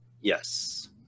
yes